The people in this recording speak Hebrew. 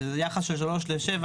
שזה יחס של 3 ל-7,